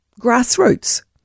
grassroots